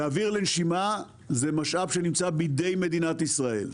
ואוויר לנשימה זה משאב שנמצא בידי מדינת ישראל,